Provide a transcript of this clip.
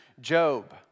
Job